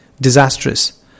disastrous